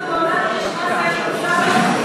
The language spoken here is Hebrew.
באיזה מדינות בעולם יש מס ערך מוסף על תרופות?